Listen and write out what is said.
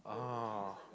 ah